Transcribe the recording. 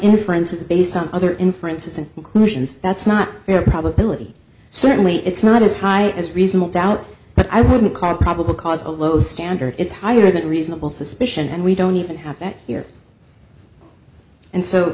inferences based on other inferences and inclusions that's not fair probability certainly it's not as high as reasonable doubt but i wouldn't call it probable cause a low standard it's higher than reasonable suspicion and we don't even have that here and so